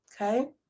okay